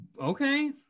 Okay